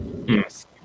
Yes